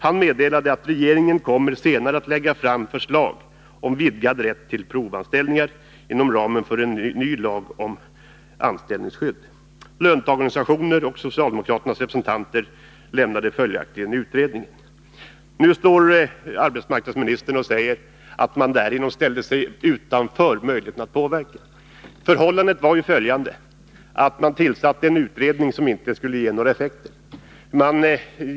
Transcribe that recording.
Han meddelade: ”Regeringen kommer senare att lägga fram förslag om vidgad rätt till provanställningar inom ramen för en ny lag om anställningsskydd.” Representanter för löntagarorganisationerna och socialdemokraterna lämnade följdriktigt utredningen. Nu står arbetsmarknadsministern och säger att man därigenom ställde sig utanför möjligheterna att påverka. Förhållandet var ju det att regeringen tillsatte en utredning som inte skulle ge några effekter.